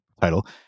title